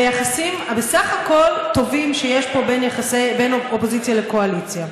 ביחסים הבסך-הכול טובים שיש פה בין האופוזיציה לקואליציה.